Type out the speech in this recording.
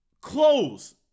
Clothes